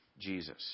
Jesus